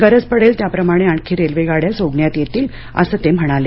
गरज पडेल त्याप्रमाणे आणखी रेल्वेगाड्या सोडण्यात येतील असं ते म्हणाले